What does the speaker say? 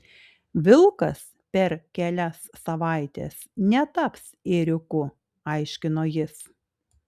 vilkas per kelias savaites netaps ėriuku aiškino jis